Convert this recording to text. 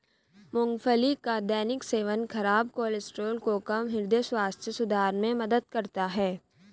मूंगफली का दैनिक सेवन खराब कोलेस्ट्रॉल को कम, हृदय स्वास्थ्य सुधार में मदद करता है